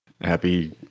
happy